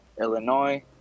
Illinois